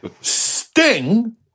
Sting